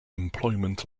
employment